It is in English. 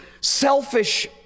selfish